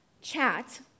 Chat